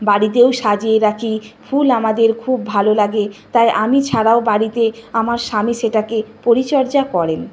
বাড়িতেও সাজিয়ে রাখি ফুল আমাদের খুব ভালো লাগে তাই আমি ছাড়াও বাড়িতে আমার স্বামী সেটাকে পরিচর্যা করেন